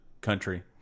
country